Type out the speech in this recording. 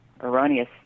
erroneous